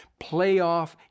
playoff